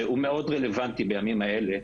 שהוא מאוד רלוונטי בימים האלה: